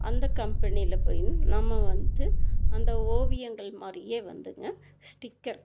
அந்த கம்பெனியில் போயி நம்ம வந்து அந்த ஓவியங்கள் மாதிரியே வந்துங்க